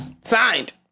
Signed